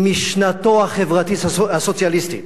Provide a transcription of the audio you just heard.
עם משנתו החברתית הסוציאליסטית.